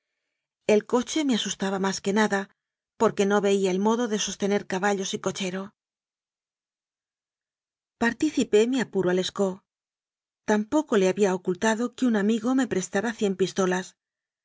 el coche me asustaba más que nada porque no veía el modo de sostener caballos y co chero participé mi apuro a lescaut tampoco le había ocultado que un amigo me prestara cien pistolas